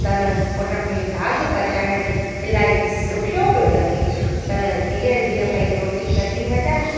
त उन में दाग़ु पचाइणु इलाही ॾुखियो पियो लॻे त जीअं जीअं पेई रोटी कंदी वञा